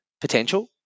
potential